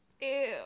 Ew